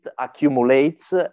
accumulates